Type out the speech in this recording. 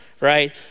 right